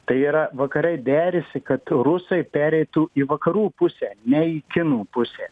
tai yra vakarai derisi kad rusai pereitų į vakarų pusę ne į kinų pusę